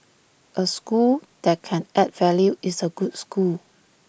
A school that can add value is A good school